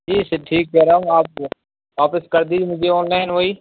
جی sir ٹھیک کہہ رہا ہوں آپ کو واپس کر دیجیے مجھے آن لائن وہی